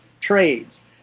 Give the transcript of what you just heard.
trades